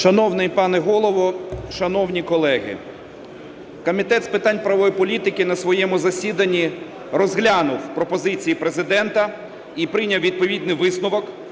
Шановний пане Голово, шановні колеги, Комітет з питань правової політики на своєму засіданні розглянув пропозиції Президента і прийняв відповідний висновок